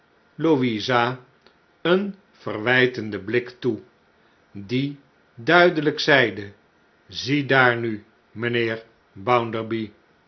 louisa een verwijtenden blik toe die duidelijk zeide ziedaar nu mijnheer